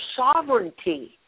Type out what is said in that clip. sovereignty